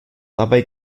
dabei